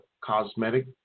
cosmetic